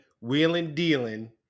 wheeling-dealing